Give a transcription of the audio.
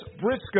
Briscoe